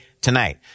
tonight